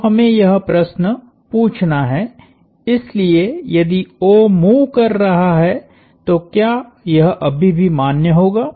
तो हमें यह प्रश्न पूछना है इसलिए यदि O मूव कर रहा है तो क्या यह अभी भी मान्य होगा